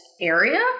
area